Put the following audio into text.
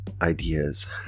ideas